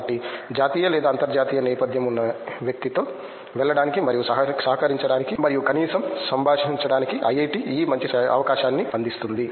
కాబట్టి జాతీయ లేదా అంతర్జాతీయ నేపథ్యం ఉన్న వ్యక్తులతో వెళ్ళడానికి మరియు సహకరించడానికి మరియు కనీసం సంభాషించడానికి ఐఐటి ఈ మంచి అవకాశాన్ని అందిస్తుంది